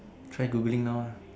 try Googling now ah